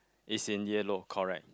is in yellow correct